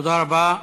תודה רבה.